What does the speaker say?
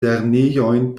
lernejojn